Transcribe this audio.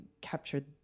captured